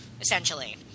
essentially